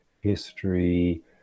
history